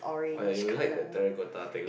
or you like the terracotta thing